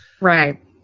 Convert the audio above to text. Right